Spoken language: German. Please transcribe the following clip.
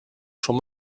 schon